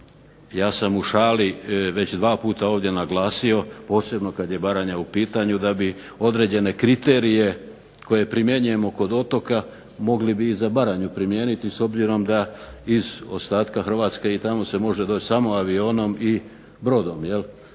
ja sam u šali već dva puta ovdje naglasio, posebno kad je Baranja u pitanju, da bi određene kriterije koje primjenjujemo kod otoka mogli bi i za Baranju primijeniti s obzirom da iz ostatka Hrvatske i tamo se može doći samo avionom i brodom jel'.